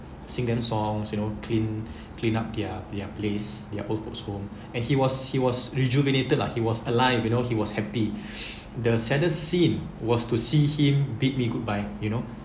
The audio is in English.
sing them songs you know clean clean up their their place their old folks home and he was he was rejuvenated lah he was alive you know he was happy the saddest scene was to see him bid me goodbye you know